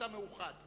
המאוחד.